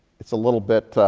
it's a little bit,